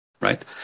right